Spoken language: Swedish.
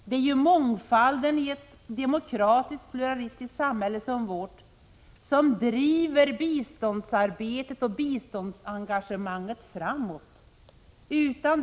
Det är mångfalden i ett demokratiskt pluralistiskt samhälle som vårt som driver biståndsarbetet och biståndsengagemanget framåt.